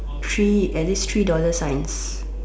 three at least three dollar signs